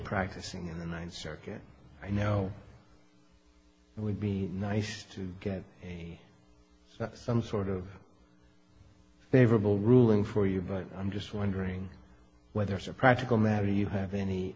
practicing in the ninth circuit i know would be nice to get some sort of favorable ruling for you but i'm just wondering whether it's a practical matter you have any